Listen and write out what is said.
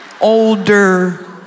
older